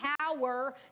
power